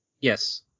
yes